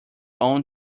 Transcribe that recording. own